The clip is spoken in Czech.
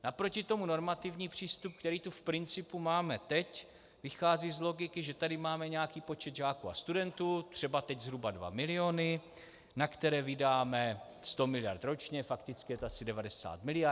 Naproti tomu normativní přístup, který tu v principu máme teď, vychází z logiky, že tady máme nějaký počet žáků a studentů, třeba teď zhruba 2 miliony, na které vydáme 100 miliard ročně, fakticky je to asi 90. miliard.